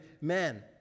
men